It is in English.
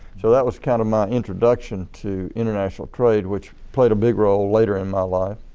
so that was kind of my introduction to international trade which played a big role later in my life.